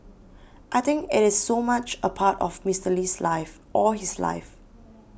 I think it is so much a part of Mister Lee's life all his life